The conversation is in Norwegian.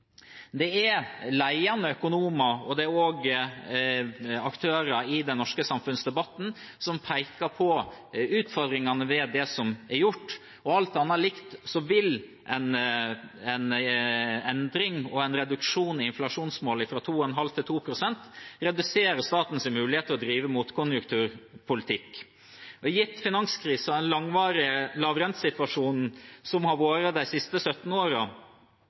Det er ledende økonomer og også aktører i den norske samfunnsdebatten som peker på utfordringene ved det som er gjort, og alt annet likt vil en endring og en reduksjon i inflasjonsmålet fra 2,5 pst. til 2 pst. redusere statens mulighet til å drive motkonjunkturpolitikk. Gitt finanskrisen og den langvarige lavrentesituasjonen som har vært de siste 17